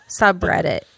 subreddit